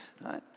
Right